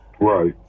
right